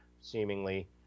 seemingly